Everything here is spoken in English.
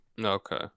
Okay